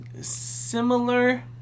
similar